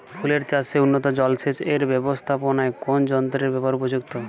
ফুলের চাষে উন্নত জলসেচ এর ব্যাবস্থাপনায় কোন যন্ত্রের ব্যবহার উপযুক্ত?